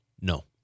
No